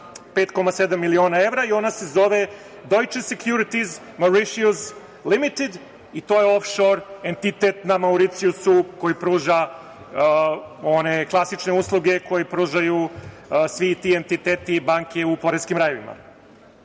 5,7 miliona evra i ona se zove Deutshche Secrurities Mauritius Limited i to je ofšor, entitet na Mauricijusu koji pruža one klasične usluge koje pružaju svi ti entiteti banke u poreskim rajevima.U